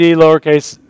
lowercase